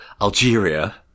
Algeria